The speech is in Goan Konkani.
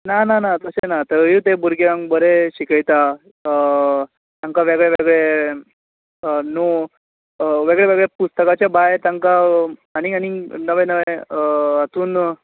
ना ना ना तशें ना थयूंय ते भुरग्यांक बरें शिकयता तांकां वेगळे वेगळे नो वेगळे वेगळे पुस्तकांचे भायर तांकां आनीक आनीक नवे नवे हातून